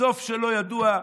הסוף שלו ידוע.